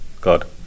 God